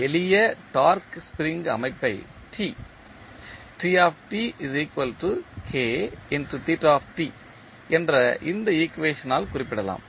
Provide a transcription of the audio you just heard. எளிய torque spring அமைப்பை T என்ற இந்த ஈக்குவேஷனால் குறிப்பிடலாம்